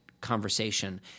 conversation –